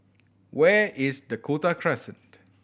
where is Dakota Crescent